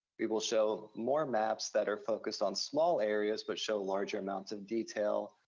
we will show more maps that are focused on small areas, but show larger amounts of detail,